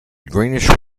greenish